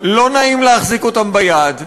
לא נעים להחזיק אותן ביד,